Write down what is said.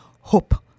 hope